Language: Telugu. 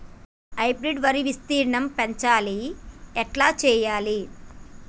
హైబ్రిడ్ వరి విస్తీర్ణం పెంచాలి ఎట్ల చెయ్యాలి?